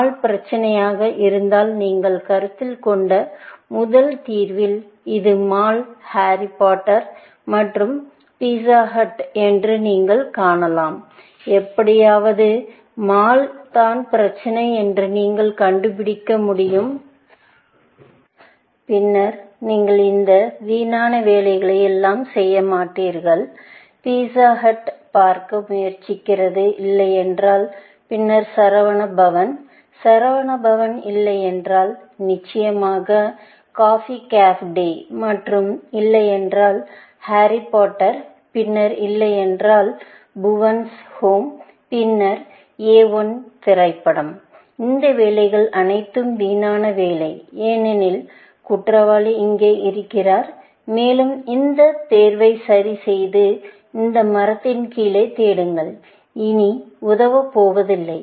mall பிரச்சினையாக இருந்தால் நீங்கள் கருத்தில் கொண்ட முதல் தீர்வில் இது மால் ஹாரி பாட்டர் மற்றும் பிஸ்ஸா ஹட் என்று நீங்கள் காணலாம் எப்படியாவது மால் தான் பிரச்சினை என்று நீங்கள் கண்டுபிடிக்க முடியும் பின்னர் நீங்கள் இந்த வீணான வேலைகளை எல்லாம் செய்யமாட்டீர்கள் பிஸ்ஸா ஹட் பார்க்க முயற்சிக்கிறது இல்லையென்றால் பின்னர் சரவானா பவன் சரவண பவன் இல்லையென்றால் நிச்சயமாக கஃபே காபிடே மற்றும் இல்லையென்றால் ஹாரி பாட்டர் பின்னர் இல்லையென்றால் புவனின்Bhuvan's வீடு பின்னர் A1 திரைப்படம் இந்த வேலைகள் அனைத்தும் வீணான வேலை ஏனெனில் குற்றவாளி இங்கே இருக்கிறார் மேலும் அந்த தேர்வை சரி செய்து அதை மரத்தின் கீழே தேடுங்கள் இனி உதவப் போவதில்லை